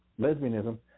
lesbianism